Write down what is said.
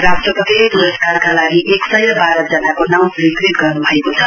राष्टपतिले पुरस्कारका लागि एकसय वाह्रजनाको नाउँ स्वीकृत गर्नुभएको छ